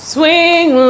Swing